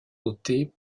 côtés